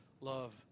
love